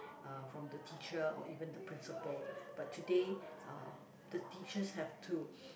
uh from the teacher or even the principal but today uh the teachers have to